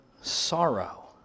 sorrow